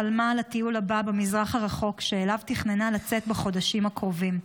חלמה על הטיול הבא במזרח הרחוק שאליו תכננה לצאת בחודשים הקרובים.